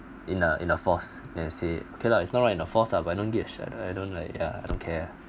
in a in a force then I say okay lah it's not right in the force ah but I don't give a shit I don't like ya I don't care